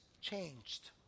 changed